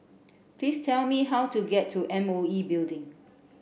please tell me how to get to M O E Building